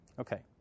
Okay